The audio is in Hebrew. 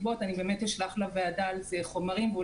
אשלח לוועדה חומרים בנושא,